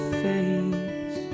face